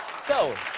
so. it